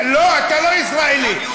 לא, אתה לא ישראלי.